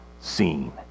seen